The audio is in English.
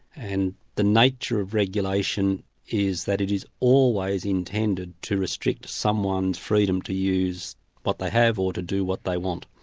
and the nature of regulation is that it is always intended to restrict someone's freedom to use what they have or to do what they want.